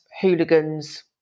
hooligans